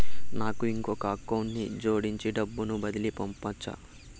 నాకు ఇంకొక అకౌంట్ ని జోడించి డబ్బును బదిలీ పంపొచ్చా?